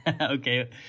Okay